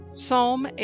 Psalm